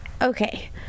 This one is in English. Okay